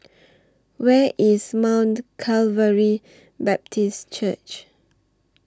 Where IS Mount Calvary Baptist Church